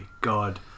God